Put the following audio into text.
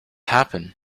happen